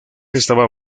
estaba